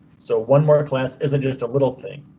so one more class isn't just a little thing.